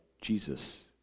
jesus